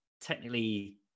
technically